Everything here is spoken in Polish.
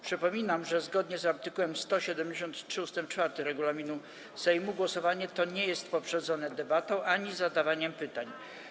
Przypominam, że zgodnie z art. 173 ust. 4 regulaminu Sejmu głosowanie to nie jest poprzedzone debatą ani zadawaniem pytań.